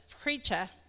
preacher